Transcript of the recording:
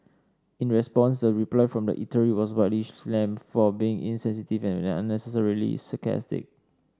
in response the reply from the eatery was widely slammed for being insensitive and unnecessarily sarcastic